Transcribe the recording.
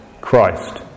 Christ